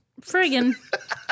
Friggin